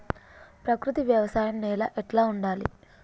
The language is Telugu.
ప్రకృతి వ్యవసాయం నేల ఎట్లా ఉండాలి?